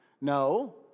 No